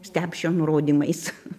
stepšio nurodymais